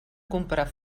comprar